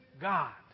God